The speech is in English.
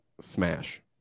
smash